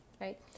right